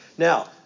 Now